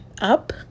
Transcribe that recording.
up